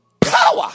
power